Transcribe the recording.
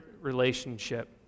relationship